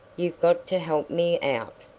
you've got to help me out.